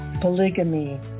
polygamy